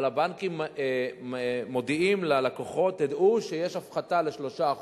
אבל הבנקים מודיעים ללקוחות: תדעו שיש הפחתה ל-3%.